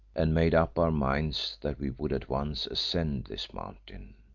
and made up our minds that we would at once ascend this mountain.